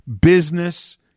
business